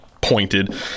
pointed